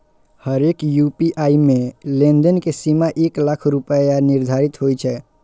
हरेक यू.पी.आई मे लेनदेन के सीमा एक लाख रुपैया निर्धारित होइ छै